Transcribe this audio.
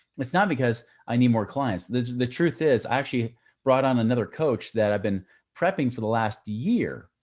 it's not because i need more clients. the the truth is i actually brought on another coach that i've been prepping for the last year,